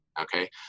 Okay